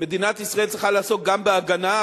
מדינת ישראל צריכה לעסוק גם בהגנה,